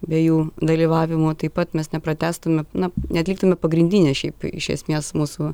be jų dalyvavimo taip pat mes nepratęstume na neatliktume pagrindinės šiaip iš esmės mūsų